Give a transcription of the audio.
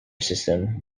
system